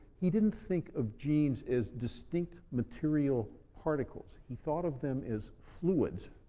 he didn't think of genes as distinct material particles. he thought of them as fluids.